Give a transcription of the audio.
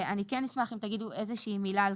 אני כן אשמח אם תגידו איזושהי מילה על